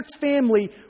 family